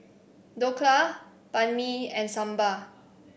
Dhokla Banh Mi and Sambar